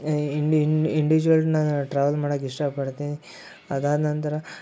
ಇಂಡಿವಿಜುವಲ್ನ travel ಮಾಡಕ್ಕೆ ಇಷ್ಟಪಡ್ತೀನಿ ಅದಾದ ನಂತರ